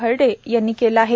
हरडे यांनी केले आहे